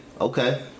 Okay